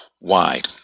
wide